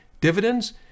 Dividends